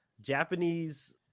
japanese